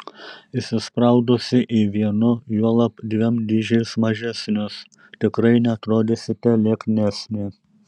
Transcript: įsispraudusi į vienu juolab dviem dydžiais mažesnius tikrai neatrodysite lieknesnė